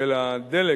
של הדלק,